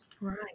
Right